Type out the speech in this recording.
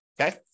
Okay